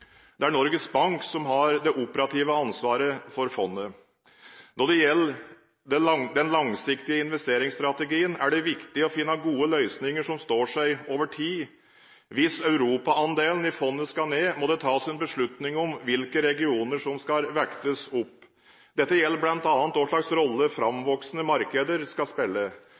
Det er Norges Bank som har det operative ansvaret for fondet. Når det gjelder den langsiktige investeringsstrategien, er det viktig å finne gode løsninger som står seg over tid. Hvis Europa-andelen i fondet skal ned, må det tas en beslutning om hvilke regioner som skal vektes opp. Dette gjelder bl.a. hvilken rolle framvoksende markeder skal spille.